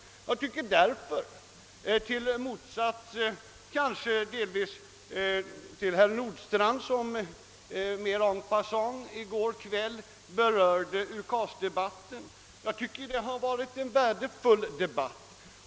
Jag tycker därför i motsats, kanske delvis till herr Nordstrandh, som mera en passant i går kväll berörde UKAS-debatten, att det har varit en värdefull debatt.